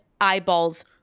eyeballs